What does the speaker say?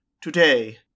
Today